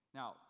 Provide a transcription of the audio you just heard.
now